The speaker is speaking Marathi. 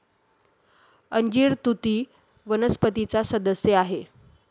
अंजीर तुती वनस्पतीचा सदस्य आहे